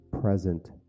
present